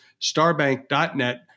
StarBank.net